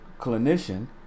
clinician